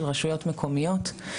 של רשויות מקומיות.